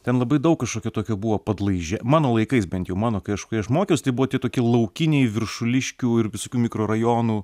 ten labai daug kažkokio tokio buvo padlaižia mano laikais bent jau mano kai aš kai aš mokiaus tai buvo tie tokie laukiniai viršuliškių ir visokių mikrorajonų